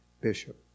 bishop